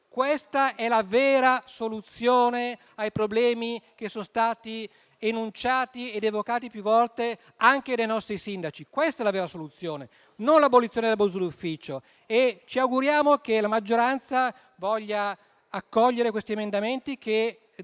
questa è la vera soluzione ai problemi che sono stati enunciati ed evocati più volte anche dai nostri sindaci. Questa è la vera soluzione, non l'abolizione dell'abuso d'ufficio, e ci auguriamo che la maggioranza voglia accogliere questi emendamenti che